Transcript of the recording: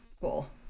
Cool